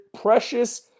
Precious